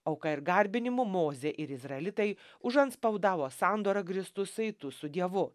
auka ir garbinimu mozė ir izraelitai užantspaudavo sandora grįstus saitus su dievu